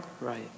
Right